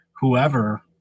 whoever